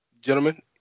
Gentlemen